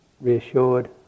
reassured